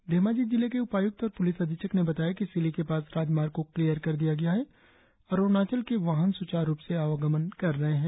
धेमाजी जिले के उपायुक्त और पुलिस अधीक्षक ने बताया कि सिलि के पास राजमार्ग को क्लियर कर दिया गया है और अरुणाचल के वाहन स्चारु रुप से आवागमन कर रहे हैं